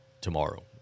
tomorrow